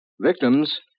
Victims